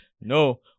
No